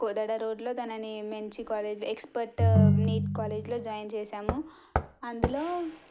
కోదాడ రోడ్డులో తనని మంచి కాలేజ్ ఎక్స్పర్ట్ నీట్ కాలేజీలో జాయిన్ చేసాము అందులో